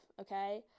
okay